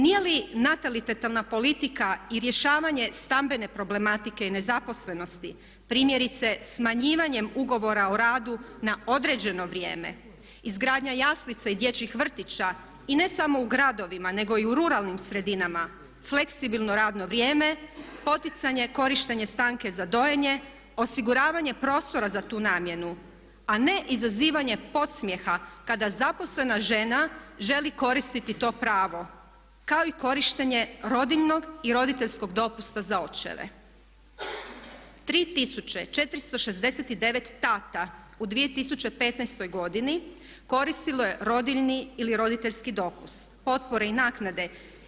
Nije ni natalitetna politika i rješavanja stambene problematike i nezaposlenosti primjerice smanjivanjem ugovora o radu na određeno vrijeme, izgradnja jaslica i dječjih vrtića i ne samo u gradovima nego i u ruralnim sredinama, fleksibilno radno vrijeme, poticanje, korištenje stanke za dojenje, osiguravanje prostora za tu namjenu a ne izazivanje podsmjeha kada zaposlena žena želi koristiti to pravo kao i korištenje rodiljinog i roditeljskog dopusta za očevu.3 469 tata u 2015. godini koristilo je rodiljni ili roditeljski dopust, potpore ili naknade.